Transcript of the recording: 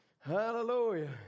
Hallelujah